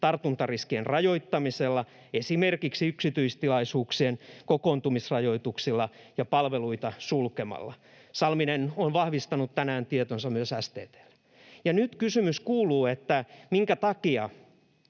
tartuntariskien rajoittamisella, esimerkiksi yksityistilaisuuksien kokoontumisrajoituksilla ja palveluita sulkemalla”. Salminen on vahvistanut tänään tietonsa myös STT:lle. Ja nyt kysymys kuuluu: minkä takia